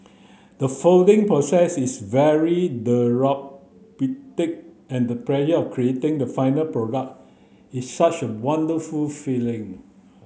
the folding process is very and that pleasure of creating the final product is such a wonderful feeling